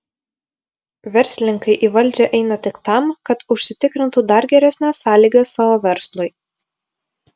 verslininkai į valdžią eina tik tam kad užsitikrintų dar geresnes sąlygas savo verslui